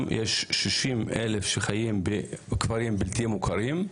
יש 60,000 שחיים בכפרים בלתי מוכרים,